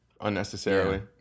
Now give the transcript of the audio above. unnecessarily